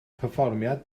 perfformiad